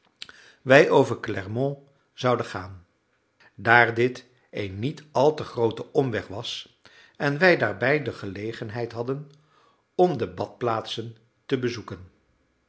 wij over clermont zouden gaan daar dit een niet al te groote omweg was en wij daarbij de gelegenheid hadden om de badplaatsen te bezoeken